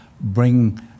bring